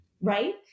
right